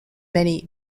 many